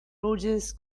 roses